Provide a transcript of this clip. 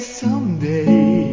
someday